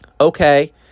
okay